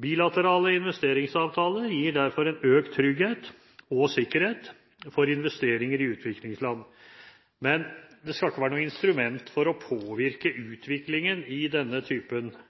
Bilaterale investeringsavtaler gir derfor økt trygghet og sikkerhet for investeringer i utviklingsland, men det skal ikke være noe instrument for å påvirke